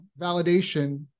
validation